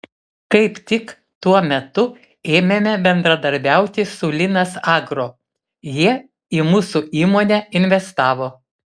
kaip tik tuo metu ėmėme bendradarbiauti su linas agro jie į mūsų įmonę investavo